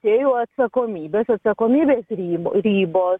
čia jau atsakomybės atsakomybės ribo ribos